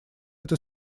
это